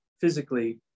physically